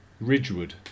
Ridgewood